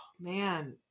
man